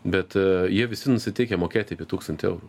bet jie visi nusiteikę mokėti apie tūkstantį eurų